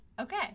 Okay